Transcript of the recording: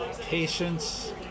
Patience